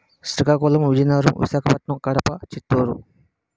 Srikakulam Vizianagaram Visakhapatnam Kadapa Chittoor